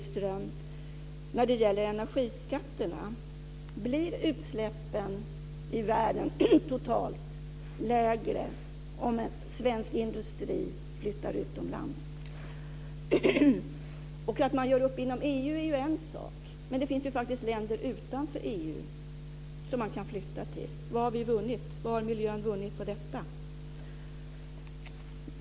Sedan har jag en fråga om energiskatterna: Blir utsläppen i världen totalt sett lägre om en svensk industri flyttar utomlands? Att man gör upp inom EU är en sak men det finns ju faktiskt länder också utanför EU som man kan flytta till. Vad har miljön då vunnit på detta?